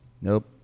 Nope